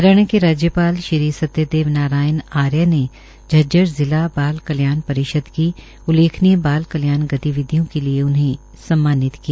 हरियाणा के राज्यपाल श्री सत्य देव नारायण आर्य ने झज्जर जिला बाल कल्याण परिषद की उल्लेखनीय बाल कल्याण गतिविधियों के लिये उन्हें सम्मानित किया